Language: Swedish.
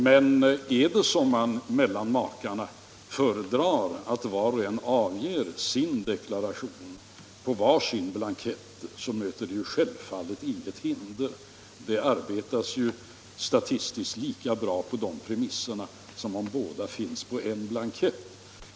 Men är det så att makarna föredrar att var och en avger sin deklaration på var sin blankett, så möter det självfallet intet hinder. Det arbetas ju statistiskt lika bra på de premisserna som om båda finns på en blankett.